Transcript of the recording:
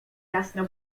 jasno